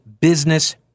business